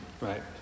Right